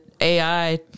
AI